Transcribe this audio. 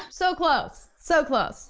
so close, so close.